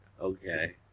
Okay